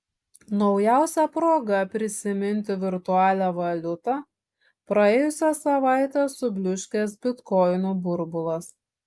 naujausia proga prisiminti virtualią valiutą praėjusią savaitę subliūškęs bitkoinų burbulas